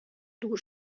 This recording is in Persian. دور